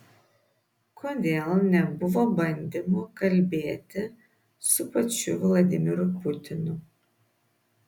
kodėl nebuvo bandymų kalbėti su pačiu vladimiru putinu